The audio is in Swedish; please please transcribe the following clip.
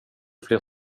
fler